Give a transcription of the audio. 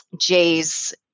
Jay's